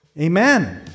Amen